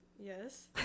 Yes